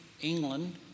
England